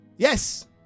Yes